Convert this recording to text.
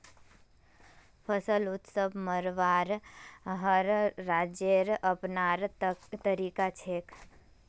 फसल उत्सव मनव्वार हर राज्येर अपनार तरीका छेक